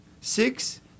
six